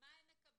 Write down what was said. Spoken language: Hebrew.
מה הם מקבלים,